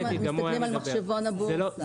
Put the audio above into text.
אנחנו מסתכלים על מחשבון הבורסה.